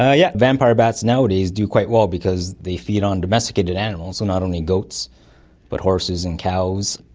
yeah yeah vampire bats nowadays do quite well because they feed on domesticated animals, not only goats but horses and cows.